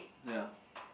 ya